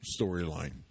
storyline